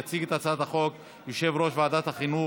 יציג את הצעת החוק יושב-ראש ועדת החינוך,